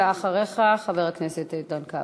ואחריך, חבר הכנסת איתן כבל.